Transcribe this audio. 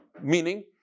Meaning